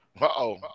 Uh-oh